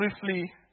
briefly